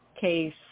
case